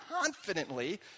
confidently